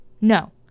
No